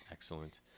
Excellent